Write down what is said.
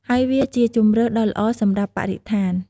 ហើយវាជាជម្រើសដ៏ល្អសម្រាប់បរិស្ថាន។